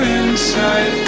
inside